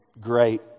great